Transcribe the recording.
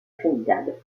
trinidad